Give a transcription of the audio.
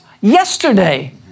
Yesterday